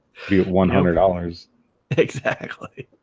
you have one hundred dollars exactly